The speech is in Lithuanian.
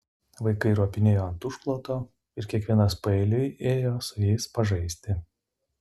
vaikai ropinėjo ant užkloto ir kiekvienas paeiliui ėjo su jais pažaisti